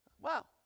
Wow